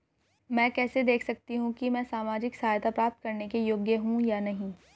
मैं कैसे देख सकती हूँ कि मैं सामाजिक सहायता प्राप्त करने के योग्य हूँ या नहीं?